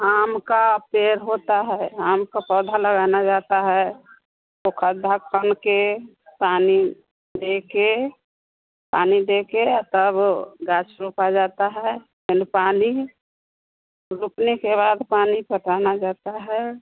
आम का पेड़ होता है आम का पौधा लगाना जाता है तो खाद भाग पान के पानी देकर पानी देकर तब घास रोपा जाता है पहले पानी रोपने के बाद पानी पताना जाता है